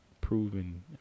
proven